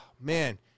Man